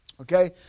Okay